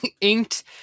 Inked